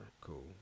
Cool